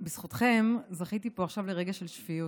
שבזכותכם זכיתי פה עכשיו לרגע של שפיות.